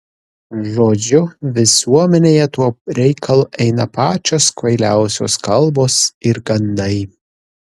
žodžiu visuomenėje tuo reikalu eina pačios kvailiausios kalbos ir gandai